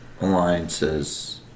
alliances